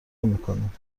نمیکنیم